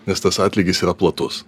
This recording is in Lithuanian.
nes tas atlygis yra platus